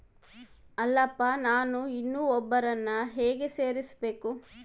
ಅಲ್ಲಪ್ಪ ನಾನು ಇನ್ನೂ ಒಬ್ಬರನ್ನ ಹೇಗೆ ಸೇರಿಸಬೇಕು?